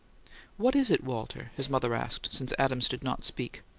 what is it, walter? his mother asked, since adams did not speak.